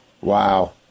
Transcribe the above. Wow